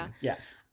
Yes